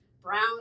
brown